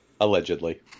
Allegedly